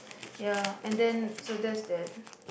ya and then so that's that